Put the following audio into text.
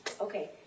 Okay